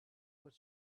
what